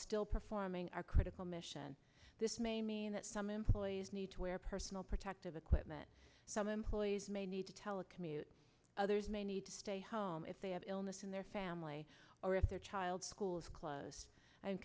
still forming our critical mission this may mean that some employees need to wear personal protective equipment some employees may need to telecommute others may need to stay home if they have illness in their family or if their child's schools close